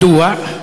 1. מדוע?